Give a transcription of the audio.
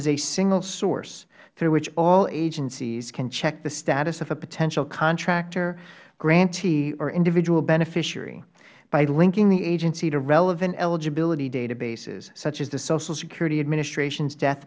as a single source through which all agencies can check the status of a potential contractor grantee or individual beneficiary by linking the agency to relevant eligibility databases such as the social security administration's death